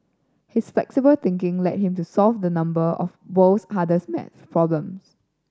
his flexible thinking led him to solve a number of world's hardest math problems